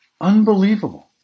Unbelievable